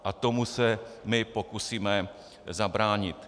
A tomu se my pokusíme zabránit.